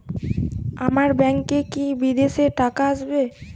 আমার ব্যংকে কি বিদেশি টাকা আসবে?